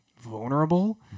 vulnerable